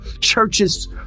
churches